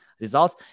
results